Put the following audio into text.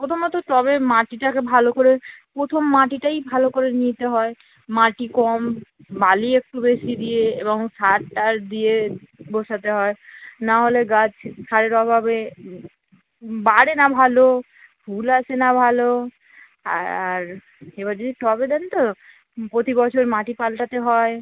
প্রথমত টবে মাটিটাকে ভালো করে প্রথম মাটিটাই ভালো করে নিতে হয় মাটি কম বালি একটু বেশি দিয়ে এবং সার টার দিয়ে বসাতে হয় নাহলে গাছ সারের অভাবে বাড়ে না ভালো ফুল আসে না ভালো আর এবার যদি টবে দেন তো প্রতি বছর মাটি পালটাতে হয়